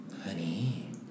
Honey